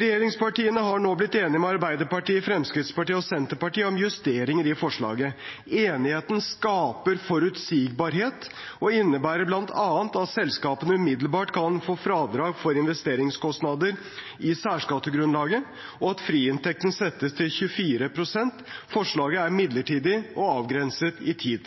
Regjeringspartiene har nå blitt enige med Arbeiderpartiet, Fremskrittspartiet og Senterpartiet om justeringer i forslaget. Enigheten skaper forutsigbarhet og innebærer bl.a. at selskapene umiddelbart kan få fradrag for investeringskostnader i særskattegrunnlaget, og at friinntekten settes til 24 pst. Forslaget er midlertidig og avgrenset i tid.